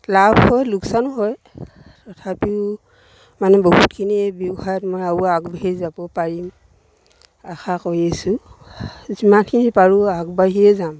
লাভো হয় লোকচানো হয় তথাপিও মানে বহুতখিনি এই ব্যৱসায়ত মই আৰু আগবাঢ়ি যাব পাৰিম আশা কৰি আছো যিমানখিনি পাৰোঁ আগবাঢ়িয়ে যাম